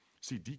See